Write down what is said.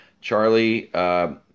Charlie